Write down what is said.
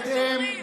שרת הפרופגנדה.